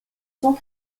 sont